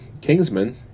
Kingsman